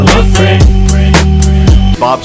Bob